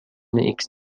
ایکس